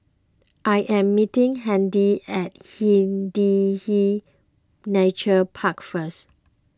I am meeting Handy at Hindhede Nature Park first